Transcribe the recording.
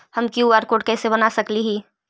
हम QR code कैसे बना सकली ही?